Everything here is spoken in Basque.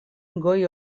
goi